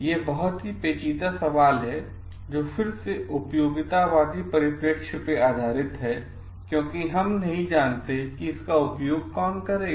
ये बहुत ही पेचीदा सवाल हैं जो फिर से उपयोगितावादी परिप्रेक्ष्य पर आधारित हैं और क्योंकि हम नहीं जानते कि इसका उपयोग कौन करेगा